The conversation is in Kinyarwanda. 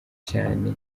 cyane